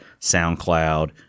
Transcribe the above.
SoundCloud